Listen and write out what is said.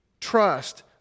Trust